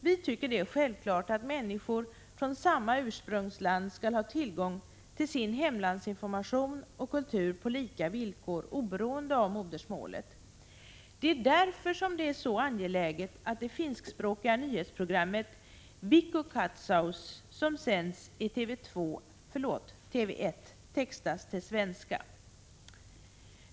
Vi tycker det är självklart att människor från samma ursprungsland skall ha tillgång till sin hemlandsinformation och hemkultur på lika villkor oberoende av modersmålet. Det är därför det är så angeläget att det finskspråkiga nyhetsprogrammet Viikkokatsaus, som sänds i TV 1, textas till svenska.